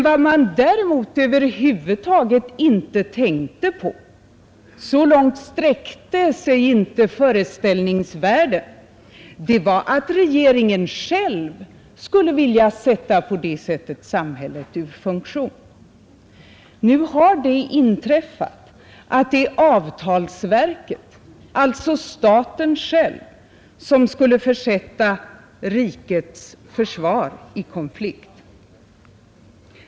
Vad man däremot över huvud taget inte tänkte på — så långt sträckte sig inte föreställningsvärlden — var att regeringen själv på det sättet skulle vilja sätta samhället ur funktion. Nu har det inträffat, att det är avtalsverket, alltså staten själv, som skulle försätta rikets försvar i konflikt.